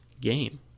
game